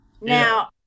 Now